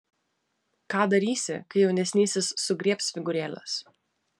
ką darysi kai jaunesnysis sugriebs figūrėles